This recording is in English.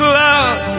love